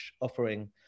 offering